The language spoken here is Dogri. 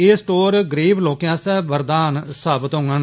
एह् स्टोर गरीब लोकें आस्तै बरदान साबित होंडन